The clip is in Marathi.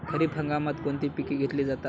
खरीप हंगामात कोणती पिके घेतली जातात?